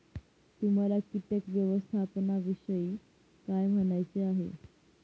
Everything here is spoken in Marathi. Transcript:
तुम्हाला किटक व्यवस्थापनाविषयी काय म्हणायचे आहे?